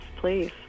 please